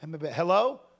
Hello